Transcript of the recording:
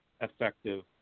effective